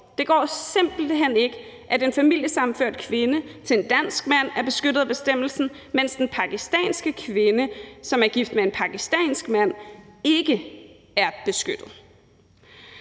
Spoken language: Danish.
Det går simpelt hen ikke, at en familiesammenført kvinde til en dansk mand er beskyttet af bestemmelsen, mens den pakistanske kvinde, som er gift med en pakistansk mand, ikke er beskyttet.